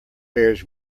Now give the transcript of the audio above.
bears